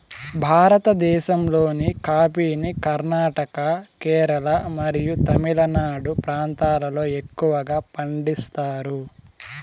భారతదేశంలోని కాఫీని కర్ణాటక, కేరళ మరియు తమిళనాడు ప్రాంతాలలో ఎక్కువగా పండిస్తారు